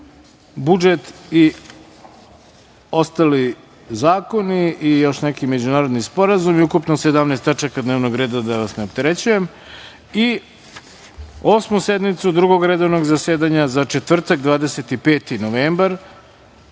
budžet i ostali zakoni i još neki međunarodni sporazumi, ukupno 17 tačka dnevnog reda, da vas ne opterećujem, i Osmu sednicu Drugog redovnog zasedanja za četvrtak, 25. novembar,